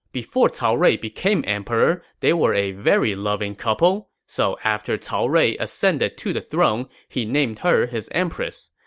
before cao rui became emperor, they were a very loving couple, so after cao rui ascended to the throne, he named her his empress.